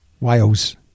Wales